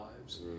lives